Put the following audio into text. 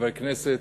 חברי כנסת,